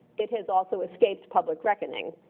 it has also escaped public reckoning.